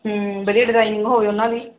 ਹੁੰ ਵਧੀਆ ਡਿਜ਼ਾਇਨਿੰਗ ਹੋਵੇ ਉਹਨਾਂ ਦੀ